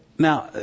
Now